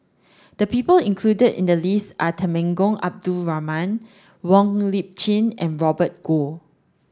the people included in the list are Temenggong Abdul Rahman Wong Lip Chin and Robert Goh